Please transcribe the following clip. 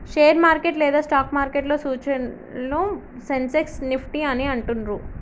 share market లేదా stock మార్కెట్లో సూచీలను సెన్సెక్స్, నిఫ్టీ అని అంటుండ్రు